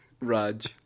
Raj